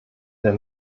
der